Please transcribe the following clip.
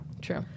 True